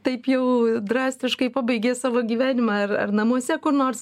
taip jau drastiškai pabaigė savo gyvenimą ar ar namuose kur nors